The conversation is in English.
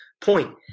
point